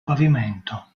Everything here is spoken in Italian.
pavimento